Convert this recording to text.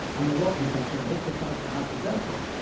i'm a law professor. i hate to fight the hypothetical,